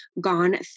gone